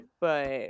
but-